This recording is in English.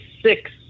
six